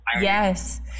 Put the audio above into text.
Yes